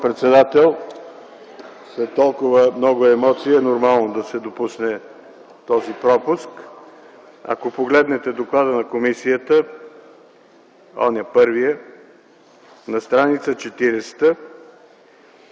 председател, след толкова много емоции е нормално да се допусне този пропуск. Ако погледнете доклада на комисията – първият, на страница 40,